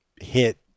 hit